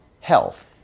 health